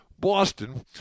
Boston